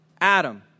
Adam